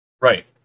Right